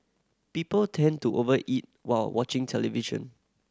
people tend to over eat while watching television